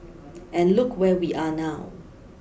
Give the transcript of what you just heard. and look where we are now